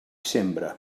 sembra